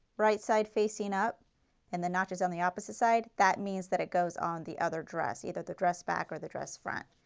right side facing up and the notches on the opposite side, that means that it goes on the other dress, either the dress back or the dress front.